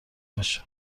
بشه